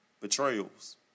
betrayals